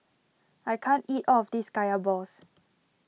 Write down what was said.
I can't eat all of this Kaya Balls